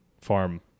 farm